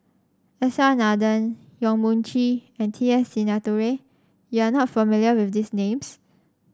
S R Nathan Yong Mun Chee and T S Sinnathuray you are not familiar with these names